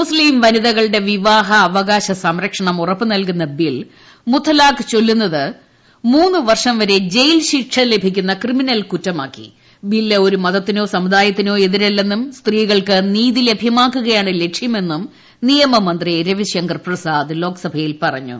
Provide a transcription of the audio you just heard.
മുസ്ലീം വനിതകളുടെ വിവാഹ അവകാശ സംരക്ഷണം ഇറ്റ്യു നൽകുന്ന ബിൽ മുത്തലാഖ് ചൊല്ലുന്നത് മൂന്ന് ്വിർഷ്ണം് വരെ ജയിൽ ശിക്ഷ ലഭിക്കുന്ന ക്രിമിനൽ കുറ്റമാക്കി്ടു ബില്ല് ഒരു മതത്തിന്റേക്ക് സമുദായത്തിനോ എതിരല്ലെന്നും സ്ത്രീകൾക്ക് നീതി ലഭ്യ്മാക്കുകയാണ് ലക്ഷ്യമെന്നും നിയമമന്ത്രി രവിശങ്കർ പ്രസാദ് ലോക്സഭയിൽ പറഞ്ഞു